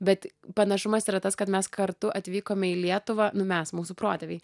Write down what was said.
bet panašumas yra tas kad mes kartu atvykome į lietuvą nu mes mūsų protėviai